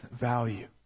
value